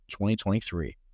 2023